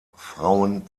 frauen